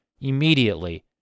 immediately